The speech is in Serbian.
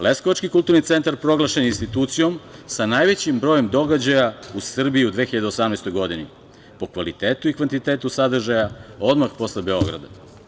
Leskovački kulturni centar proglašen je institucijom sa najvećim brojem događaja u Srbiji u 2018. godini po kvalitetu i kvantitetu sadržaja odmah posle Beograda.